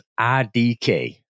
IDK